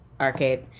arcade